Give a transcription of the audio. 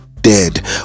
dead